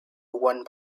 won